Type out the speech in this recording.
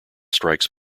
strikes